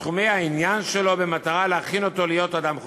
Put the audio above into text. ותחומי העניין שלו במטרה להכין אותו להיות אדם חופשי,